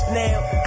now